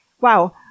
Wow